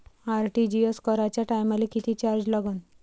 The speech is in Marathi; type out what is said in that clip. आर.टी.जी.एस कराच्या टायमाले किती चार्ज लागन?